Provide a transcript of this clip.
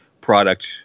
product